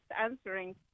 answering